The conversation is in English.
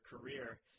career